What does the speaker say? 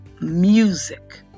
music